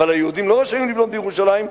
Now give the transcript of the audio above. אבל היהודים לא רשאים לבנות בירושלים,